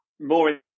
more